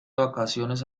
vacaciones